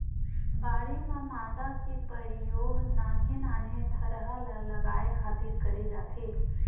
बाड़ी म मांदा के परियोग नान्हे नान्हे थरहा ल लगाय खातिर करे जाथे